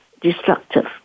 destructive